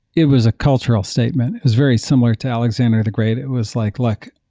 it was a cultural statement. it was very similar to alexander the great. it was like, look,